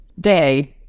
day